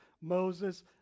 Moses